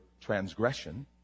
transgression